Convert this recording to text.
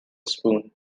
spoon